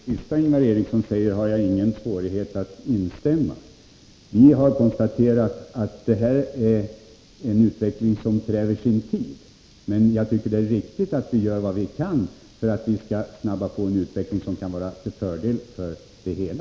Herr talman! I det senaste Ingvar Eriksson säger har jag ingen svårighet att instämma. Vi har konstaterat att detta är en utveckling som kräver sin tid. Men jag tycker det är riktigt att vi gör vad vi kan för att snabba på en utveckling som kan vara till fördel för det hela.